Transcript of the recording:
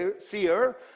fear